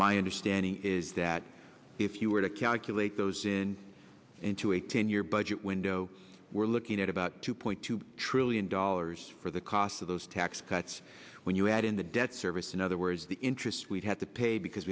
my understanding is that if you were to calculate those into a ten year budget window we're looking at about two point two trillion dollars for the cost those tax cuts when you add in the debt service in other words the interest we've had to pay because